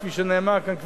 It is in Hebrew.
כפי שנאמר כאן,